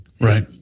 right